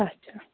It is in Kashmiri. اَچھا